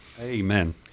Amen